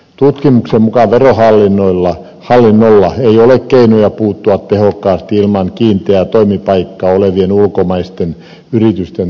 tutkimuksen mukaan verohallinnolla ei ole keinoja puuttua tehokkaasti ilman kiinteää toimipaikkaa olevien ulkomaisten yritysten toimintaan